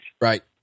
Right